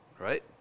right